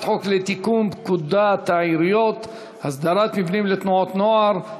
חוק לתיקון פקודת העיריות (הסדרת מבנים לתנועות נוער),